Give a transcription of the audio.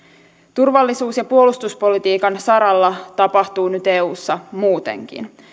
turvallisuus ja puolustuspolitiikan saralla tapahtuu nyt eussa muutenkin